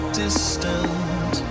distant